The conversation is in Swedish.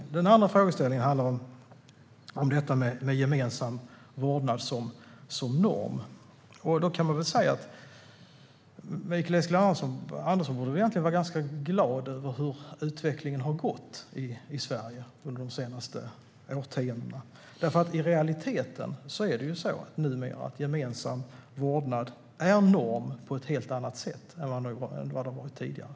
Den andra frågan handlar om gemensam vårdnad som norm. Mikael Eskilandersson borde vara glad över utvecklingen i Sverige de senaste årtiondena. I realiteten är gemensam vårdnad numera norm på ett helt annat sätt än vad det var tidigare.